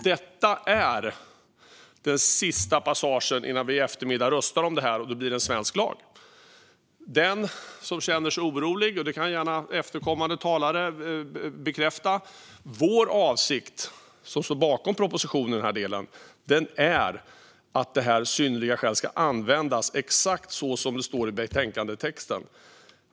Detta är den sista passagen innan vi i eftermiddag röstar om det här och det blir svensk lag. Till den som känner sig orolig kan jag säga att avsikten från oss som står bakom propositionen i den här delen - detta får gärna efterföljande talare bekräfta - är att det här synnerliga skälet ska användas exakt så som det står i betänkandetexten.